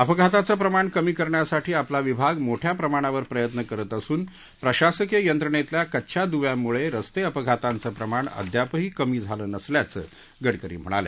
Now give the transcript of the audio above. अपघातांचं प्रमाण कमी करण्यासाठी आपला विभाग मोठ्या प्रमाणावर प्रयत्न करत असून प्रशासकीय यंत्रणेतल्या कच्च्या दुव्यांमुळे रस्ते अपघातांचं प्रमाण अद्यापही कमी झालं नसल्याचं गडकरी म्हणाले